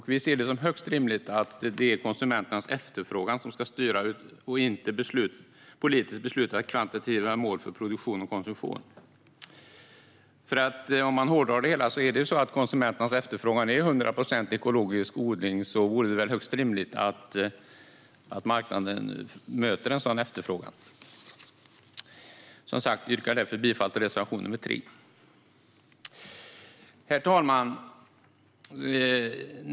Vi ser det som högst rimligt att det är konsumenternas efterfrågan som ska styra och inte politiskt beslutade kvantitativa mål för produktion och konsumtion. Om man hårdrar det hela och antar att konsumenternas efterfrågan är 100 procent ekologiskt odlat är det väl också högst rimligt att marknaden möter en sådan efterfrågan. Herr talman!